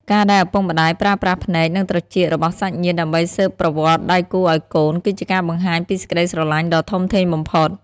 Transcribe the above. ការដែលឪពុកម្ដាយប្រើប្រាស់ភ្នែក និងត្រចៀករបស់សាច់ញាតិដើម្បីស៊ើបប្រវត្តិដៃគូឱ្យកូន គឺជាការបង្ហាញពីសេចក្ដីស្រឡាញ់ដ៏ធំធេងបំផុត។